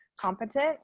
competent